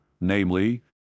namely